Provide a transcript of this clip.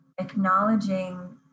acknowledging